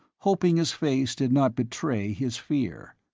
hoping his face did not betray his fear.